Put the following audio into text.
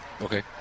Okay